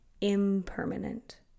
impermanent